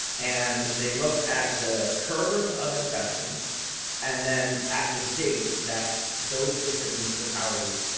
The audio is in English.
and they looked at the curve of infections and then at the date that those different municipalities